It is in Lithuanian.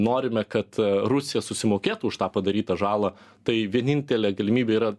norime kad rusija susimokėtų už tą padarytą žalą tai vienintelė galimybė yra